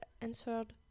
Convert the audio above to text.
answered